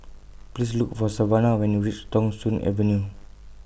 Please Look For Savanna when YOU REACH Thong Soon Avenue